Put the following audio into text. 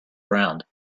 around